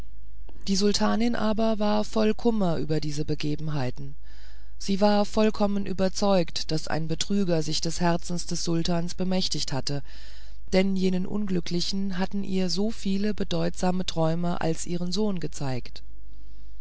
die sultanin aber war voll kummer über diese begebenheiten sie war vollkommen überzeugt daß ein betrüger sich des herzens des sultans bemächtigt hatte denn jenen unglücklichen hatten ihr so viele bedeutsame träume als ihren sohn gezeigt